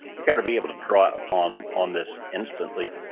you've got to be able to draw on on this instantly.